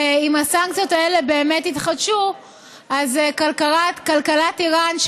ואם הסנקציות האלה באמת יתחדשו אז כלכלת איראן,